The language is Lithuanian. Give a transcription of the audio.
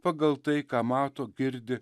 pagal tai ką mato girdi